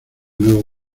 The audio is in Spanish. nuevo